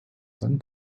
sein